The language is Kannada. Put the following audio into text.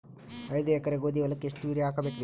ಐದ ಎಕರಿ ಗೋಧಿ ಹೊಲಕ್ಕ ಎಷ್ಟ ಯೂರಿಯಹಾಕಬೆಕ್ರಿ?